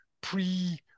pre